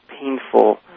painful